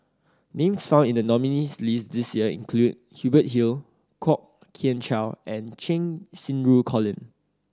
names found in the nominees' list this year include Hubert Hill Kwok Kian Chow and Cheng Xinru Colin